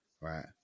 right